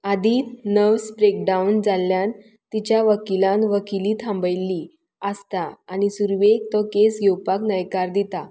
आदीं nervous breakdown जाल्ल्यान तिच्या वकिलान वकिली थांबयिल्ली आसता आनी सुरवेक तो केस घेवपाक न्हयकार दिता